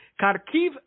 Kharkiv